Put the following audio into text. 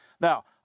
Now